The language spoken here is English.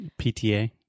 PTA